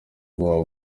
ubwabo